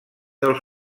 dels